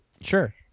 Sure